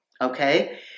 okay